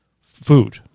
food